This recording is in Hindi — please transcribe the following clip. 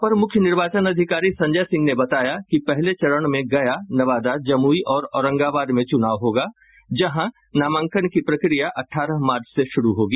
अपर मूख्य निर्वाचन अधिकारी संजय सिंह ने बताया कि पहले चरण में गया नवादा जमुई और औरंगाबाद में चुनाव होगा जहां नामांकन की प्रक्रिया अठारह मार्च से शुरू होगी